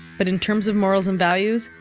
but in terms of morals and values,